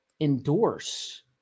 endorse